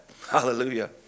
Hallelujah